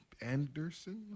Anderson